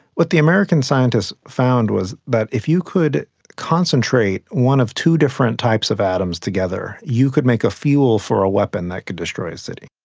what the american scientists found was that if you could concentrate one of two different types of atoms together, you could make a fuel for a weapon that could destroy a city.